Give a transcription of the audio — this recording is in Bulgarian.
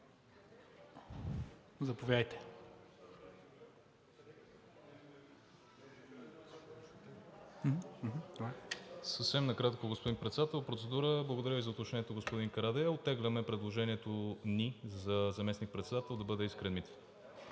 Промяната): Съвсем накратко, господин Председател – процедура. Благодаря Ви за отношението, господин Карадайъ. Оттегляме предложението ни за заместник-председател да бъде Искрен Митев.